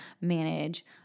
manage